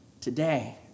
Today